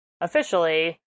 officially